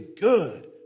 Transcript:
good